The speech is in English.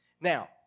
Now